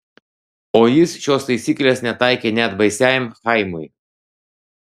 o jis šios taisyklės netaikė net baisiajam chaimui